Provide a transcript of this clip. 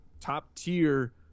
top-tier